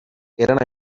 eren